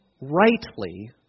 rightly